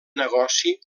negoci